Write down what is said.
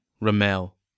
Ramel